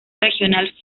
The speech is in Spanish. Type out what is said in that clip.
regional